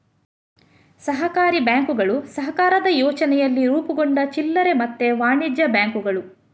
ಸಹಕಾರಿ ಬ್ಯಾಂಕುಗಳು ಸಹಕಾರದ ಯೋಚನೆಯಲ್ಲಿ ರೂಪುಗೊಂಡ ಚಿಲ್ಲರೆ ಮತ್ತೆ ವಾಣಿಜ್ಯ ಬ್ಯಾಂಕುಗಳು